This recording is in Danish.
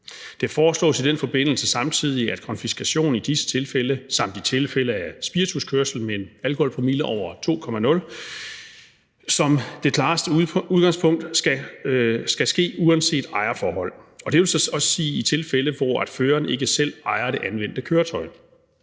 Det foreslås i den forbindelse samtidig, at konfiskation i disse tilfælde samt i tilfælde af spirituskørsel med en alkoholpromille over 2,0 i det klareste udgangspunkt skal ske uanset ejerforhold. Det vil så også sige i tilfælde, hvor føreren ikke selv ejer det anvendte køretøj.